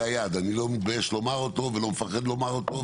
זה היעד אני לא מתבייש לומר אותו ולא מפחד לומר אותו,